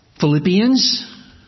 Philippians